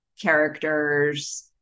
characters